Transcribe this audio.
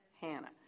Hannah